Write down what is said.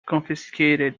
confiscated